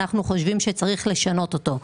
אנחנו חושבים שצריך לשנות אותו,